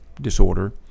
disorder